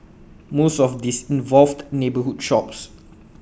most of these involved neighbourhood shops